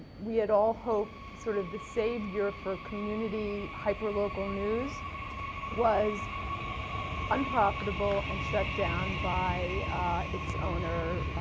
we had all hoped sort of the savior for community hyper local news was unprofitable and shut down by its owner.